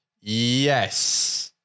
Yes